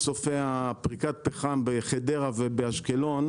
מסופי פריקת הפחם בחדרה ובאשקלון,